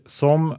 som